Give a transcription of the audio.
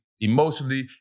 emotionally